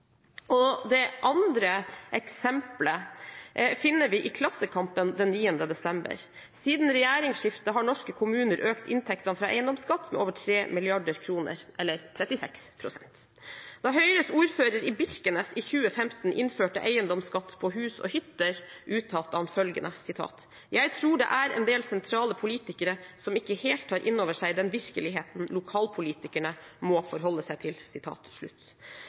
lokalt. Det andre eksempelet finner vi i Klassekampen den 9. desember. Siden regjeringsskiftet har norske kommuner økt inntektene fra eiendomsskatt med over 3 mrd. kr – eller 36 pst. Da Høyre-ordføreren i Birkenes i 2015 innførte eiendomsskatt på hus og hytter, uttalte han følgende: «Jeg tror det er en del sentrale politikere som ikke helt tar innover seg den virkeligheten lokalpolitikerne må forholde seg til.»